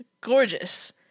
Gorgeous